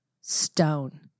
stone